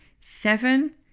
Seven